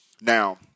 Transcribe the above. Now